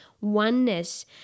oneness